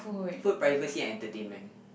food privacy entertainment